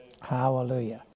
Hallelujah